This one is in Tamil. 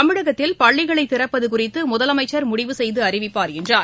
தமிழகத்தில் பள்ளிகளைதிறப்பதுகுறித்துமுதலமைச்சர் முடிவு செய்துஅறிவிப்பார் என்றார்